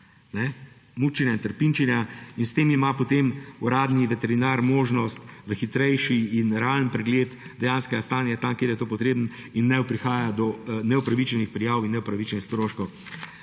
mučenja, trpinčenja, in s tem ima potem uradni veterinar možnost za hitrejši in realen pregled dejanskega stanja, tam kjer je to potrebno, in ne prihaja do neupravičenih prijav in neupravičenih stroškov.